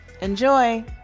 Enjoy